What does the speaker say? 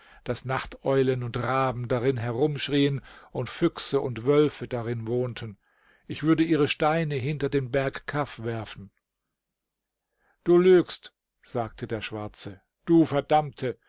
daß nachteulen und raben darin herumschrieen und füchse und wölfe darin wohnten ich würde ihre steine hinter den berg kaf werfen du lügst sagte der schwarze du verdammte